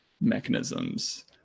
mechanisms